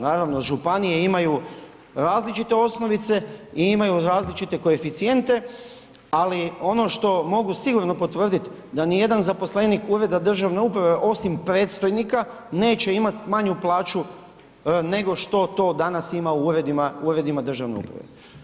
Naravno, županije imaju različite osnovnice i imaju različite koeficijente, ali ono što mogu sigurno potvrditi da nijedan zaposlenik ureda državne uprave osim predstojnika neće imati manju plaću nego što to danas ima u uredima državne upravne.